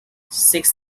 six